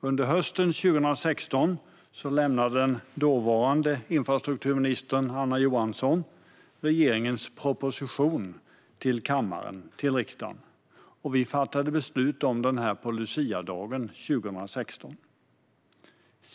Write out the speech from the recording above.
Under hösten 2016 lämnade dåvarande infrastrukturminister Anna Johansson regeringens proposition till riksdagens kammare. Vi fattade beslut om den på luciadagen 2016.